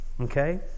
okay